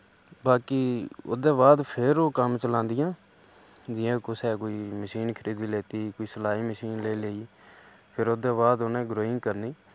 बाकी ओह्दे बाद फ्ही ओह् कम्म चलांदियां जि'यां कुसै कोई मशीन खरीदी लैती कुसै सलाई मशीन लेई लेई फिर ओह्दे बाद उ'नें ग्रोइंग करनी